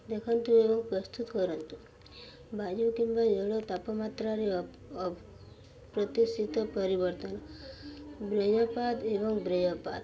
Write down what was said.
ଦେଖନ୍ତୁ ଏବଂ ପ୍ରସ୍ତୁତ କରନ୍ତୁ ବାୟୁ କିମ୍ବା ଜଳୀୟ ତାପମାତ୍ରାରେ ପ୍ରତିଷ୍ଠିତ ପରିବର୍ତ୍ତନ ବ୍ରେୟପାତ ଏବଂ ବ୍ରେୟପାତ